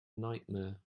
nightmare